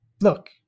Look